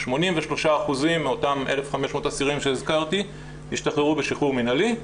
83% מאותם 1,500 אסירים שהזכרתי ישתחררו בשחרור מינהלי,